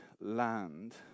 land